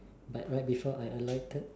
but right before I alighted